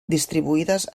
distribuïdes